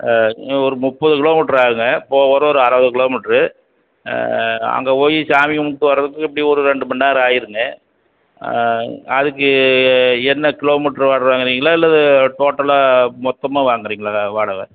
ஆ ஒரு முப்பது கிலோமீட்டர் ஆகும்ங்க போக வர்ற ஒரு அரை கிலோமீட்டரு அங்கே போய் சாமி கும்பிட்டு வர்றதுக்கு எப்படியும் ஒரு ரெண்டு மணி நேரம் ஆகிருங்க அதுக்கு என்ன கிலோமீட்டர் வாடகை வாங்குறீங்களா இல்லை டோட்டல்லாக மொத்தமாக வாங்குறீங்களா வாடகை